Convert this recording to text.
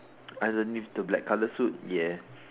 underneath the black colour suit ya